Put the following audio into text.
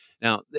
Now